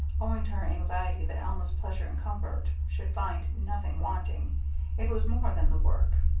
owing to her anxiety that alma's pleasure and comfort should find nothing wanting it was more than the work.